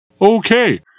Okay